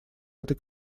этой